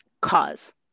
cause